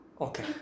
okay